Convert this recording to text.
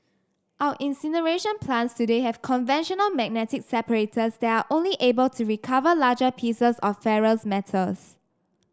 our incineration plants today have conventional magnetic separators that are only able to recover larger pieces of ferrous metals